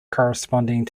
corresponding